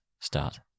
start